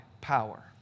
power